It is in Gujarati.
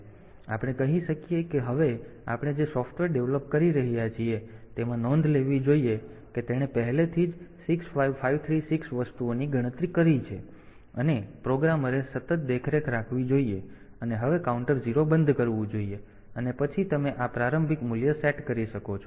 તેથી આપણે કહી શકીએ કે હવે આપણે જે સોફ્ટવેર ડેવલપ કરી રહ્યા છીએ તેમાં નોંધ લેવી જોઈએ કે તેણે પહેલેથી જ 65536 વસ્તુઓની ગણતરી કરી છે અને પ્રોગ્રામરે સતત દેખરેખ રાખવી જોઈએ અને હવે કાઉન્ટર 0 બંધ કરવું જોઈએ અને પછી તમે આ પ્રારંભિક મૂલ્ય સેટ કરી શકો છો